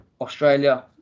Australia